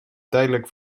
tijdelijk